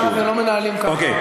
את המשא-ומתן אתם לא מנהלים ככה על,